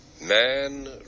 man